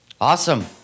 awesome